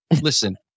Listen